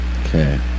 Okay